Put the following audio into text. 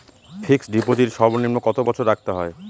Fixed deposit সর্বনিম্ন কত বছর রাখতে হয়?